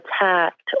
attacked